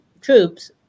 troops